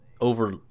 over